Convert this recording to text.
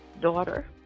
daughter